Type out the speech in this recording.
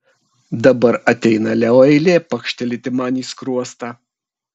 dabar ateina leo eilė pakštelėti man į skruostą